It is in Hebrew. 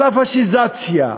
על הפאשיזציה,